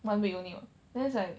one week only what then it's like